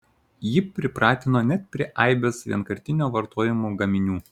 ji pripratino net prie aibės vienkartinio vartojimo gaminių